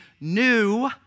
new